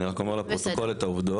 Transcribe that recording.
אני רק אומר לפרוטוקול את העובדות,